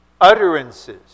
utterances